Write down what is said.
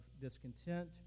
discontent